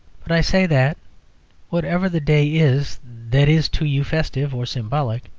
but i say that whatever the day is that is to you festive or symbolic,